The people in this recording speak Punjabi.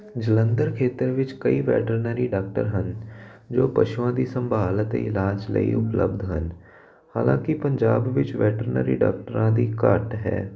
ਜਲੰਧਰ ਖੇਤਰ ਵਿੱਚ ਕਈ ਵੈਟਰਨਰੀ ਡਾਕਟਰ ਹਨ ਜੋ ਪਸ਼ੂਆਂ ਦੀ ਸੰਭਾਲ ਅਤੇ ਇਲਾਜ ਲਈ ਉਪਲਬਧ ਹਨ ਹਾਲਾਂਕਿ ਪੰਜਾਬ ਵਿੱਚ ਵੈਟਰਨਰੀ ਡਾਕਟਰਾਂ ਦੀ ਘਾਟ ਹੈ